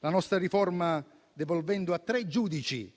La nostra riforma, devolvendo a tre giudici